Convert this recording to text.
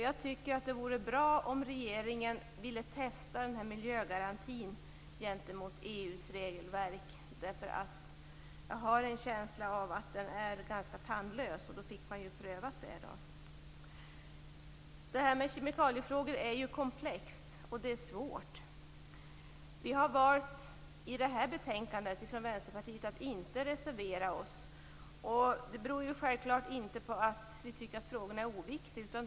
Jag tycker att det vore bra om regeringen ville texta miljögarantin mot EU:s regelverk. Jag har en känsla av att den är ganska tandlös, och detta skulle man då få prövat. Kemikaliefrågorna är komplexa och svåra. Vi har från Vänsterpartiet valt att inte reservera oss när det gäller det här betänkandet. Det beror självklart inte på att vi tycker att spörsmålet är oviktigt.